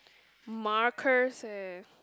Marcus eh